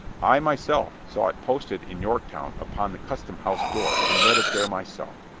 i myself saw it posted in yorktown upon the customhouse door and read it there myself.